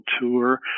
tour